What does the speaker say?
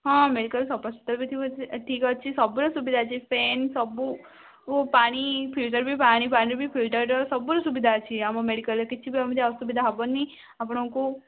ହଁ ମେଡ଼ିକାଲ୍ ସଫାସୁତୁରା ବି ଥିବ ଏଥିରେ ଠିକ୍ ଅଛି ସବୁର ସୁବିଧା ଅଛି ଫ୍ୟାନ୍ ସବୁ ଓ ପାଣି ଫିଲଟର୍ ବି ପାଣି ବି ଫିଲଟର୍ ସବୁର ସୁବିଧା ଅଛି ଆମ ମେଡ଼ିକାଲରେ କିଛି ବି ଏମିତି ଅସୁବିଧା ହେବନି ଆପଣଙ୍କୁ